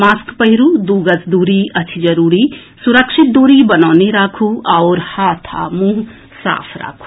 mask पहिरू दू गज दूरी अछि जरूरी सुरक्षित दूरी बनौने राखू आओर हाथ आ मुंह साफ राखू